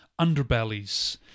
underbellies